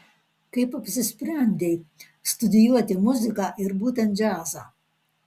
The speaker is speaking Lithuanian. kaip apsisprendei studijuoti muziką ir būtent džiazą